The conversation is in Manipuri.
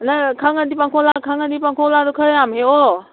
ꯅꯪ ꯈꯪꯉꯗꯤ ꯄꯥꯡꯈꯣꯛꯂꯥ ꯈꯪꯉꯗꯤ ꯄꯥꯡꯈꯣꯛꯂꯥꯗꯣ ꯈꯔ ꯌꯥꯝ ꯍꯦꯛꯑꯣ